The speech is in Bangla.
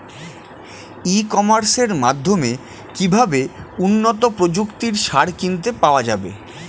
ই কমার্সের মাধ্যমে কিভাবে উন্নত প্রযুক্তির সার কিনতে পাওয়া যাবে?